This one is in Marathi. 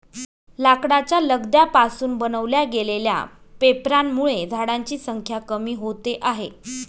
लाकडाच्या लगद्या पासून बनवल्या गेलेल्या पेपरांमुळे झाडांची संख्या कमी होते आहे